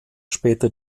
später